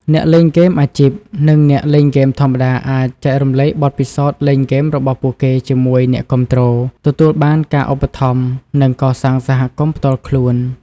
អ្នកលេងហ្គេមអាជីព និងអ្នកលេងហ្គេមធម្មតាអាចចែករំលែកបទពិសោធន៍លេងហ្គេមរបស់ពួកគេជាមួយអ្នកគាំទ្រ ទទួលបានការឧបត្ថម្ភ និងកសាងសហគមន៍ផ្ទាល់ខ្លួន។